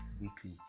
weekly